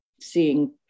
seeing